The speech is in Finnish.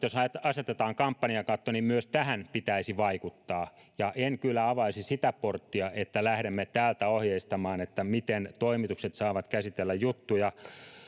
jos asetetaan kampanjakatto niin myös tähän pitäisi vaikuttaa ja en kyllä avaisi sitä porttia että lähdemme täältä ohjeistamaan miten toimitukset saavat käsitellä juttuja